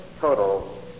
total